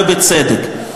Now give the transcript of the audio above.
ובצדק.